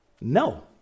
No